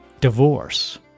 Divorce